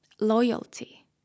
Loyalty